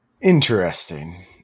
Interesting